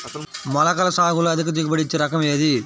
మొలకల సాగులో అధిక దిగుబడి ఇచ్చే రకం ఏది?